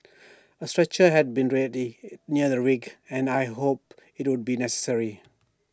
A stretcher had been readied near the and I hoped IT would be necessary